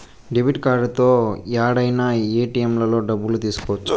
debit కార్డుతో యాడైనా ఏటిఎంలలో డబ్బులు తీసుకోవచ్చు